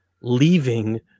leaving